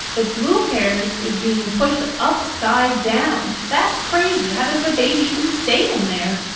the blue carriage is being pushed upside down. that's crazy, how does the baby even stay in there?